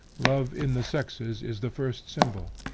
love in the sexes is the first symbol,